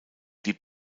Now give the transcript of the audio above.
die